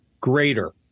greater